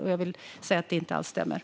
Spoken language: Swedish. Det Linnéa Wickman sa stämmer alltså inte alls.